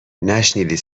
نشنیدی